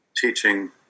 teaching